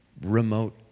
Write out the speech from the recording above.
remote